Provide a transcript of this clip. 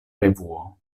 revuo